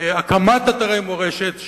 הקמת אתרי מורשת,